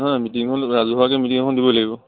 নহয় মিটিংখন ৰাজহুৱাকে মিটিং এখন দিব লাগিব